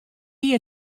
wie